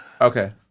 okay